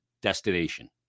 destination